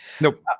Nope